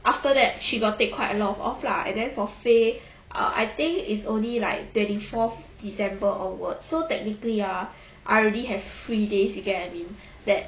after that she got take quite a lot of off lah and then for fey uh I think is only like twenty fourth december onwards so technically ya I already have free days you get what I mean that